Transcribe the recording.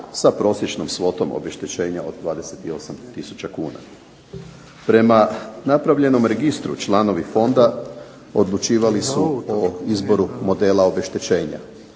sa prosječnom svotom obeštećenja od 28 tisuća kuna. Prema napravljenom registru članovi fonda odlučivali su o izboru modela obeštećenja.